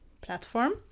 platform